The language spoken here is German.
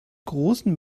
großen